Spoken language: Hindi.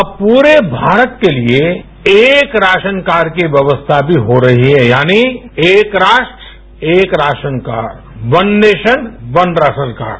अब पूरे भारत के लिए एक राशनकार्ड की व्यवस्था भी होरही है यानि एक राष्ट्र एक ration card one nation one ration card